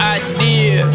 idea